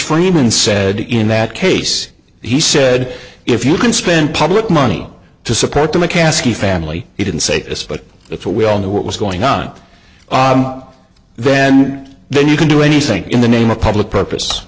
freeman said in that case he said if you can spend public money to support the passkey family he didn't say this but it's a we all know what was going on odd then then you can do anything in the name of public purpose